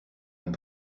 même